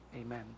Amen